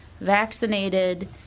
vaccinated